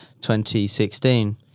2016